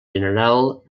general